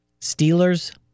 Steelers